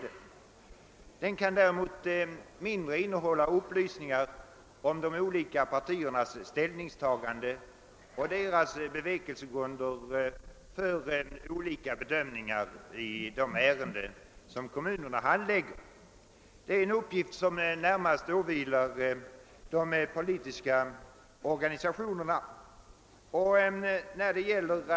Däremot bör informationen innebära mindre av upplysning om de olika partiernas ställningstaganden och bevekelsegrunder för olika bedömningar i de ärenden som kommunerna handlägger. Denna senare information åvilar det närmast de politiska organisationerna att meddela.